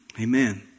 Amen